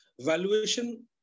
Valuation